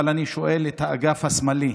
אבל אני שואל את האגף השמאלי,